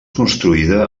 construïda